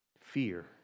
Fear